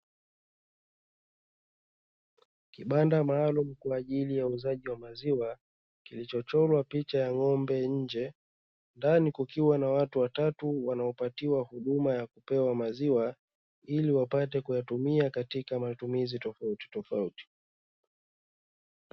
Kibanda maalumu kwa ajili ya uuzaji wa maziwa kimechorwa picha ya ng’ombe nje, ndani kukiwa na watu watatu wanaopatiwa huduma ya kupewa maziwa ili wapate kuyatumia katika matumizi tofautitofauti.